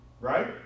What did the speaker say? Right